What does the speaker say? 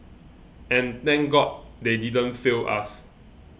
and thank god they didn't fail us